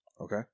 Okay